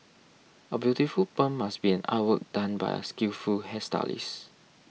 A beautiful perm must be an artwork done by a skillful hairstylist